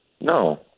No